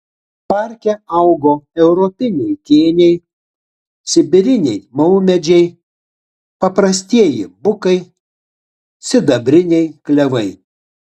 parke augo europiniai kėniai sibiriniai maumedžiai paprastieji bukai sidabriniai klevai